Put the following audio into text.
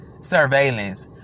surveillance